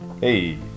Hey